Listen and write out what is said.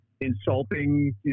insulting